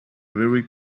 very